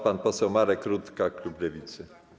Pan poseł Marek Rutka, klub Lewicy.